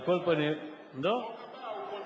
על כל פנים, החוק הבא הוא חוק